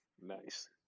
Nice